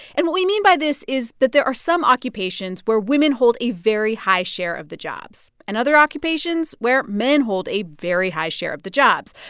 and what we mean by this is that there are some occupations where women hold a very high share of the jobs and other occupations where men hold a very high share of the jobs.